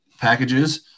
packages